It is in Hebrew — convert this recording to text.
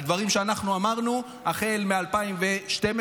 על דברים שאנחנו אמרנו החל מ-2012,